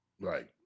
Right